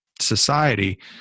society